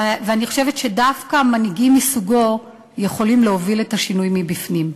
ואני חושבת שדווקא מנהיגים מסוגו יכולים להוביל את השינוי מבפנים.